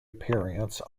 appearance